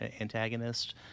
antagonist